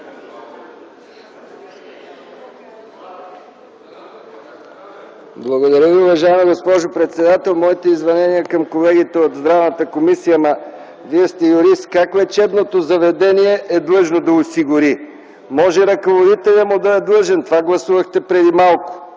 Благодаря Ви, уважаема госпожо председател. Моето извинение към колегите от Здравната комисия, ама Вие сте юрист – как лечебното заведение е длъжно да осигури? Може ръководителят му да е длъжен, това гласувахте преди малко.